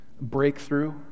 breakthrough